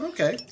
Okay